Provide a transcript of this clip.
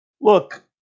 Look